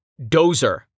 Dozer